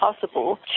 possible